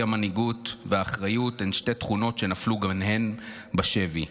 כי המנהיגות והאחריות הן שתי תכונות שנפלו גם הן בשבי.